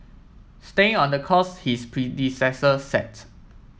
staying on the course his predecessor set